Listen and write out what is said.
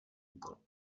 úkol